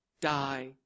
die